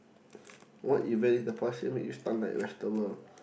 what event in the past year make you stun like vegetable